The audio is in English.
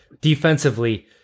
defensively